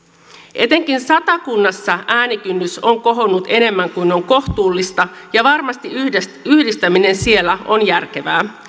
etenkin satakunnassa äänikynnys on kohonnut enemmän kuin on kohtuullista ja varmasti yhdistäminen yhdistäminen siellä on järkevää